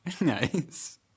Nice